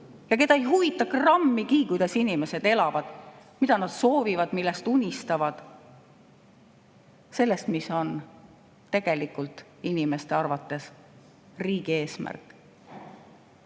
ja keda ei huvita grammigi, kuidas inimesed elavad, mida nad soovivad, millest unistavad? [Unistavad] sellest, mis on tegelikult inimeste arvates riigi eesmärk.